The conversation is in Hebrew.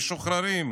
משוחררים,